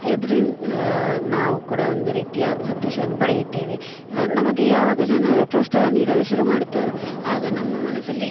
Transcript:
ಇದ್ರಿಂದ ನಾವು ಕೂಡ ಒಂದು ರೀತಿಯ ಸಂತೋಷವನ್ನು ಪಡೆಯುತ್ತೇವೆ ನಮಗೆ ಯಾವಾಗ ಜನರು ಪ್ರೋತ್ಸಾಹ ನೀಡಲು ಶುರುಮಾಡುತ್ತಾರೊ ಅವಾಗ ನಮ್ಮ ಮನಸ್ಸಲ್ಲಿ